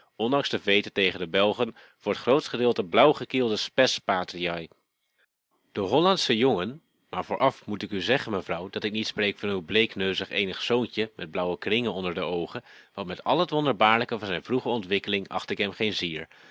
ondanks de veete tegen de belgen voor t grootst gedeelte blauwgekielde spes patriae de hollandsche jongen maar vooraf moet ik u zeggen mevrouw dat ik niet spreek van uw bleekneuzig eenig zoontje met blauwe kringen onder de oogen want met al het wonderbaarlijke van zijn vroege ontwikkeling acht ik